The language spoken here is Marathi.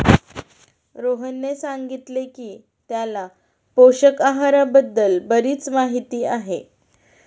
रोहनने सांगितले की त्याला पोषक आहाराबद्दल बरीच माहिती आहे